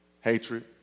hatred